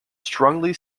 strongly